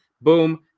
Boom